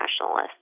nationalists